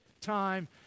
time